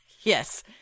Yes